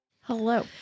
Hello